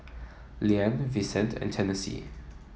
Liane Vicente and Tennessee